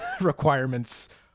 requirements